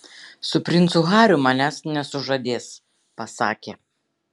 su princu hariu manęs nesužadės pasakė